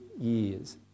years